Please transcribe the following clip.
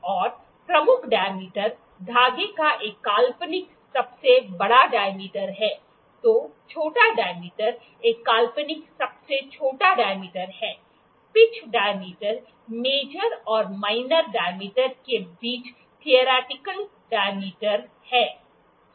और प्रमुख डायमीटर धागे का एक काल्पनिक सबसे बड़ा डायमीटर है तो छोटा डायमीटर एक काल्पनिक सबसे छोटा डायमीटर है पिच डायमीटर मेजर और माइनर डायमीटर के बीच थियोरेटिकल डायमीटर है